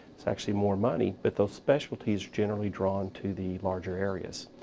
it's actually more money, but those specialties are generally drawn to the larger areas,